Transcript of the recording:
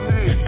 Hey